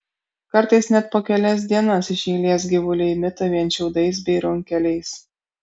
kartais net po kelias dienas iš eilės gyvuliai mito vien šiaudais bei runkeliais